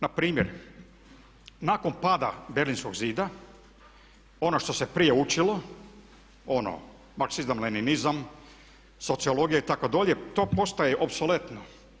Na primjer, nakon pada Berlinskog zida ono što se prije učilo, ono Marksizam, Lenjinizam, sociologija itd. to postaje opsoletno.